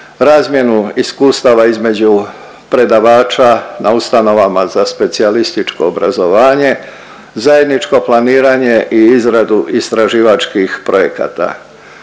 razmjenu iskustava između predavača na ustanovama za specijalističko obrazovanje, zajedničko planiranje i izradu istraživačkih projekata.